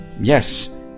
Yes